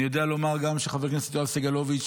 אני יודע לומר שחבר הכנסת יואב סגלוביץ',